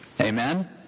Amen